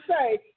say